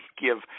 give